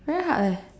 very hard leh